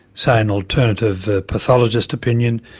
say, an alternative pathologist's opinion.